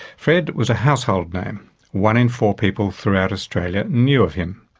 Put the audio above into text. fred was a household name one in four people throughout australia knew of him.